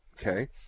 Okay